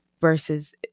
versus